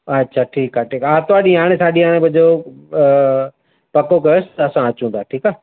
अछा ठीकु आहे ठीकु आहे आरतवारु ॾींहुं यारहें साढे यारहें बजे पको कयोसि त असां अचूं था ठीकु आहे